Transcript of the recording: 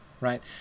right